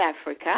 Africa